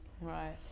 Right